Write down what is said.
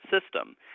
system